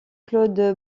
claude